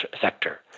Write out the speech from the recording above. sector